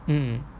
mm